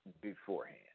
beforehand